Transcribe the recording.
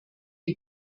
die